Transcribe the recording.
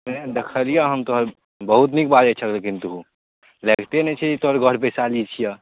नहि देखलिए हम तोहर बहुत नीक बाजै छऽ लेकिन तू लगिते नहि छै जे तोहर घर वैशाली छिअ